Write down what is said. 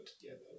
together